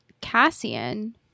Cassian